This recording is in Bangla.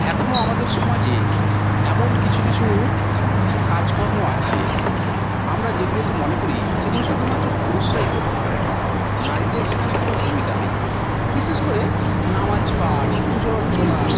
এখনও আমাদের সমাজে এমন কিছু কিছু কাজ কর্ম আছে আমরা যেগুলোকে মনে করি সেগুলো শুধুমাত্র পুরুষরাই করতে পারেন নারীদের সেখানে কোনো ভূমিকা নেই বিশেষ করে নামাজ পাঠ পুজো অর্চনা